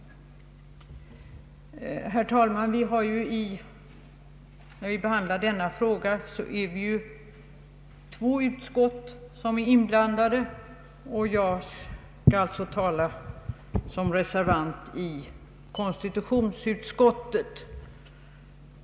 Herr talman! Vid behandling av föreliggande fråga är två utskott inblandade. Jag skall här tala som reservant i konstitutionsutskottet.